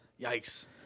Yikes